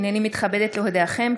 הינני מתכבדת להודיעכם,